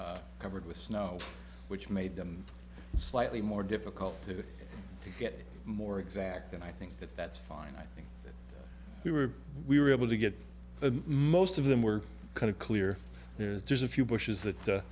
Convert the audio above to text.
covered with snow which made them slightly more difficult to get more exact and i think that that's fine i think we were we were able to get the most of them were kind of clear there's a few pushes that